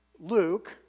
Luke